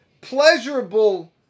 pleasurable